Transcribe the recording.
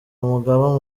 umugaba